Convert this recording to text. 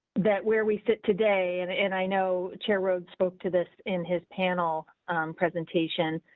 that where we sit today, and and i know chair rhode spoke to this in his panel presentation.